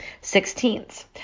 sixteenths